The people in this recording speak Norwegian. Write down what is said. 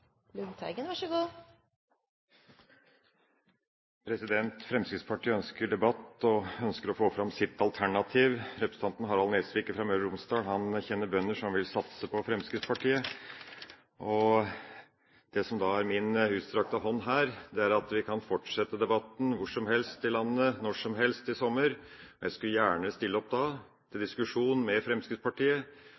Lundteigen har hatt ordet to ganger tidligere og får ordet til en kort merknad, begrenset til 1 minutt. Fremskrittspartiet ønsker debatt og ønsker å få fram sitt alternativ. Representanten Harald T. Nesvik fra Møre og Romsdal kjenner bønder som vil satse på Fremskrittspartiet, og det som da er min utstrakte hånd her, er at vi kan fortsette debatten hvor som helst i landet, når som helst i sommer. Jeg skal gjerne stille opp til